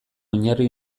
oinarri